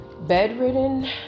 Bedridden